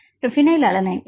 மற்றும் ஃ பினைல் அலனின்